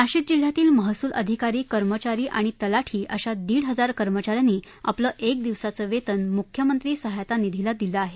नाशिक जिल्ह्यातील महसुल अधिकारी कर्मचारी आणि तलाठी अशा दीड हजार कर्मचाऱ्यांनी आपलं एक दिवसाचं वेतन मुख्यमंत्री सहायता निधीला दिलं आहे